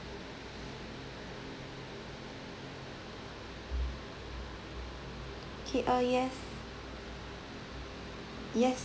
okay uh yes yes